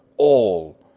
all!